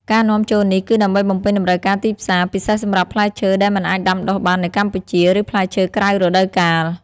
ការនាំចូលនេះគឺដើម្បីបំពេញតម្រូវការទីផ្សារ ពិសេសសម្រាប់ផ្លែឈើដែលមិនអាចដាំដុះបាននៅកម្ពុជា ឬផ្លែឈើក្រៅរដូវកាល។